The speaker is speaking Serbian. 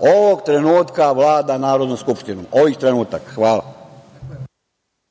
ovog trenutka vlada Narodnom skupštinom, ovih trenutaka. Hvala.